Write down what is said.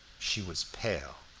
she was pale,